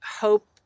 hope